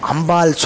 Ambal